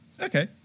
Okay